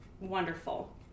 wonderful